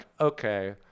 okay